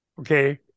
okay